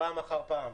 פעם אחר פעם.